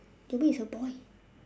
to me is a boy